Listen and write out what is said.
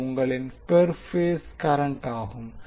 இது உங்களின் per phase கரண்டாகும்